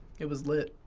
it was lit.